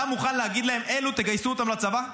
אתה מוכן להגיד: אלו, תגייסו אותם לצבא?